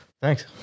Thanks